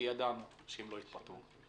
ידענו שהם לא יתפטרו.